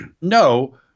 No